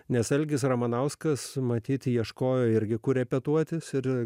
nes algis ramanauskas matyt ieškojo irgi kur repetuoti ir